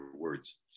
words